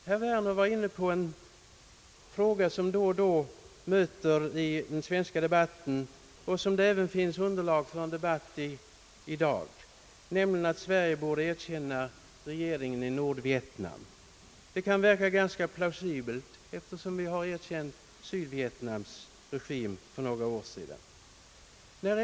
Herr Werner berörde en fråga som då och då möter i den svenska debatten och beträffande vilken det finns underlag även i debatten i dag, nämligen att Sverige borde erkänna regeringen i Nordvietnam. Det kan verka ganska plausibelt eftersom vi har erkänt Sydvietnams regim för några år sedan.